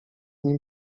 nim